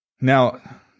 Now